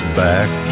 back